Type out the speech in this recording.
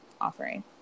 offering